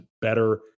better